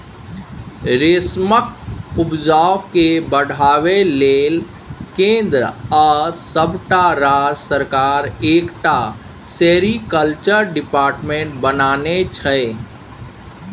रेशमक उपजा केँ बढ़ाबै लेल केंद्र आ सबटा राज्य सरकार एकटा सेरीकल्चर डिपार्टमेंट बनेने छै